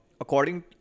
according